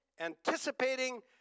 anticipating